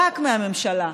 רק מהממשלה.